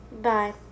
Bye